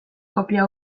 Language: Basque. kopia